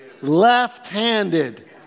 left-handed